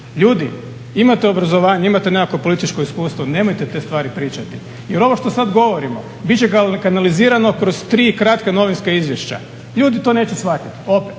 Ljudi, imate obrazovanje, imate nekakvo političko iskustvo nemojte te stvari pričati. Jer ovo što sad govorimo bit će kanalizirano kroz tri kratka novinska izvješća, ljudi to neće shvatiti opet.